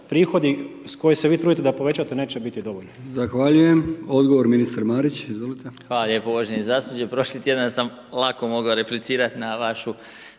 prihodi s koje se vi trudite da povećate neće biti dovoljno.